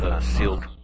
sealed